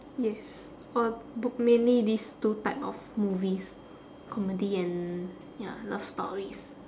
yes or book mainly these two type of movies comedy and ya love stories